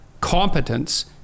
competence